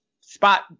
spot